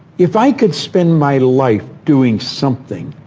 if i could spend my life doing something,